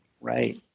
Right